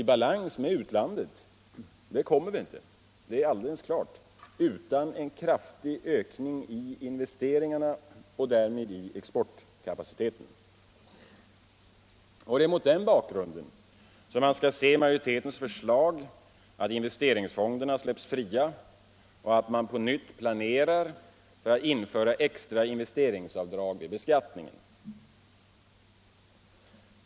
I balans med utlandet kommer vi inte — det är alldeles klart — utan en kraftig ökning i investeringarna och därmed i exportkapaciteten. Det är mot denna bakgrund vi skall se majoritetens förslag att investeringsfonderna skall släppas fria och att man på nytt skall planera för att införa extra investeringsavdrag vid beskattningen.